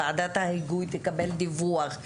ועדת ההיגוי תקבל דיווח,